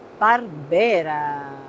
Barbera